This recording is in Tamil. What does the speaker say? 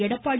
எடப்பாடி